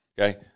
okay